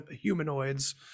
humanoids